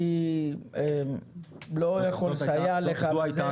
אני לא יכול לסייע לך בזה -- זו הייתה